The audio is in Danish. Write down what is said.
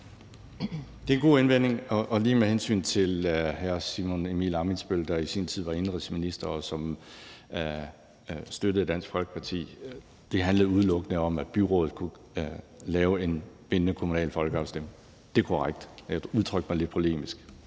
Det er en god indvending. Lige med hensyn til hr. Simon Emil Ammitzbøll-Bille, der i sin tid var indenrigsminister, og som støttede Dansk Folkeparti, vil jeg sige, at det udelukkende handlede om, at byrådet kunne lave en bindende kommunal folkeafstemning. Det er korrekt. Jeg udtrykte mig lidt polemisk,